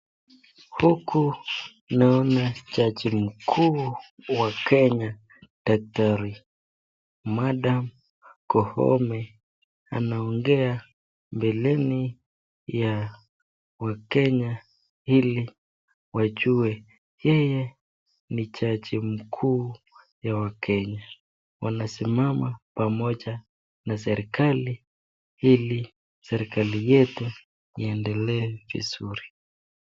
Huku naona jaji mkuu wa Kenya Daktari Madam Koome anaongea mbeleni ya Wakenya hili wajue yeye ni jaji mkuu ya Wakenya. Wanasimama pamoja na serikali hili serikali yetu iendelee vizuri.